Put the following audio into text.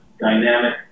dynamic